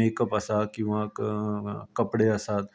makeup आसा किंवां कपडे आसा हें